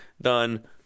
done